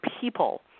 people